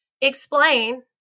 explain